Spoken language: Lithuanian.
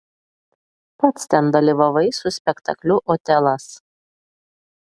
pats ten dalyvavai su spektakliu otelas